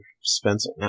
Spencer